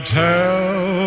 tell